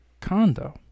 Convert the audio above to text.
condo